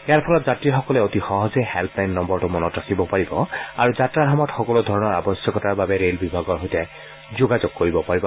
ইয়াৰ ফলত যাত্ৰীসকলে অতি সহজে হেল্পলাইন নম্বৰটো মনত ৰাখিব পাৰিব আৰু যাত্ৰাৰ সময়ত সকলোধৰণৰ আৱশ্যকতাৰ বাবে ৰেল্ বিভাগৰ সৈতে যোগাযোগ কৰিব পাৰিব